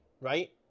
right